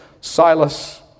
Silas